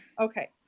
Okay